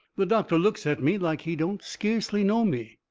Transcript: the doctor looks at me like he don't skeercly know me.